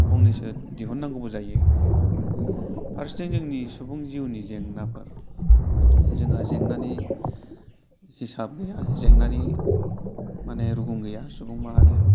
फंनैसो दिहुननांगौबो जायो फारसेथिं जोंनि सुबुं जिउनि जेंनाफोर जोंहा जेंनानि हिसाब गैया जेंनानि माने रुगुं गैया सुबुं माहारिया